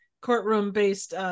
courtroom-based